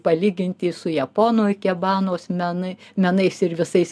palyginti su japonų ikebanos menu menais ir visais